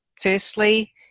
Firstly